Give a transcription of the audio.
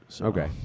Okay